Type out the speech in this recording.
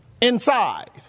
inside